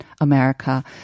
America